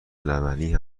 لبنی